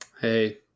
Hey